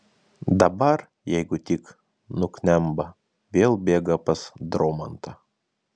dabar jeigu tik nuknemba vėl bėga pas dromantą